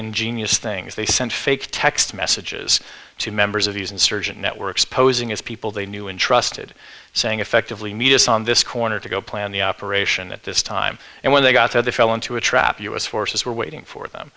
ingenious things they sent fake text messages to members of these insurgent networks posing as people they knew and trusted saying effectively meet us on this corner to go plan the operation at this time and when they got there they fell into a trap u s forces were waiting for them